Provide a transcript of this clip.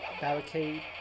barricade